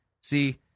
See